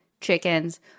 chickens